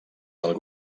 del